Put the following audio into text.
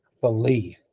believe